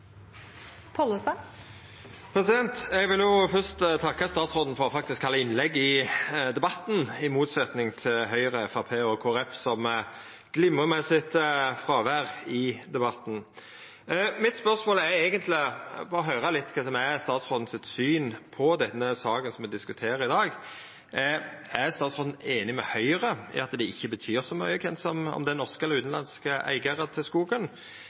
Eg vil fyrst takka statsråden for faktisk å halda innlegg i debatten, i motsetning til Høgre, Framstegspartiet og Kristeleg Folkeparti, som glimrar med sitt fråvær. Eg vil stilla spørsmål for å høyra litt om kva som er statsråden sitt syn på den saka me diskuterer i dag. Er statsråden einig med Høgre i at det ikkje betyr så mykje om det er norske eller utanlandske eigarar av skogen,